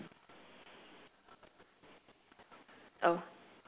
oh